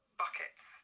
buckets